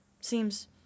seems